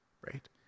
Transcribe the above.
right